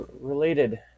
related